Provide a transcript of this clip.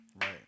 Right